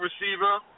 receiver